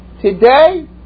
today